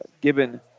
Gibbon